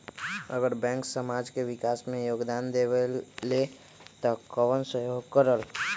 अगर बैंक समाज के विकास मे योगदान देबले त कबन सहयोग करल?